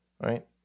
Right